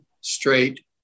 straight